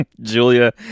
Julia